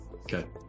Okay